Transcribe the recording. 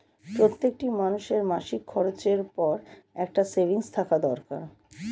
প্রত্যেকটি মানুষের মাসিক খরচের পর একটা সেভিংস থাকা দরকার